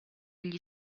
egli